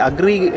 Agree